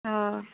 अ